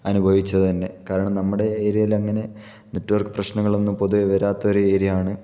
അനുഭവിച്ചത് തന്നെ കാരണം നമ്മുടെ ഏരിയയിലങ്ങനെ നെറ്റ് വർക്ക് പ്രശ്നങ്ങളൊന്നും പൊതുവേ വരാത്ത ഒരു ഏരിയയാണ്